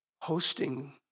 Hosting